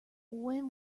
when